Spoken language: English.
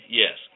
yes